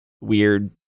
weird